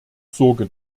sorge